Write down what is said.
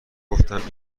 گفتم